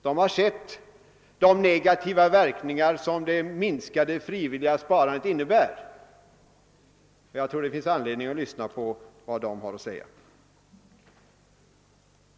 De har sett de negativa verkningar som det minskade frivilliga sparandet medfört, och jag tror det finns anledning att lyssna till vad de har att säga.